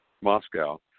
Moscow